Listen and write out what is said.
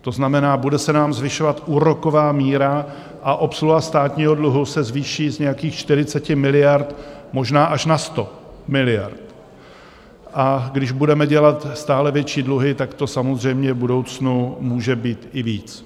To znamená, bude se nám zvyšovat úroková míra a obsluha státního dluhu se zvýší z nějakých 40 miliard možná až na 100 miliard, a když budeme dělat stále větší dluhy, tak to samozřejmě v budoucnu může být i víc.